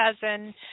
cousin